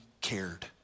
cared